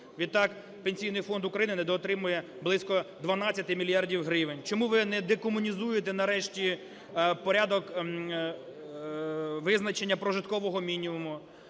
Відтак Пенсійний фонд України недоотримує близько 12 мільярдів гривень. Чому ви не декомунізуєте нарешті порядок визначення прожиткового мінімуму,